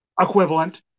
equivalent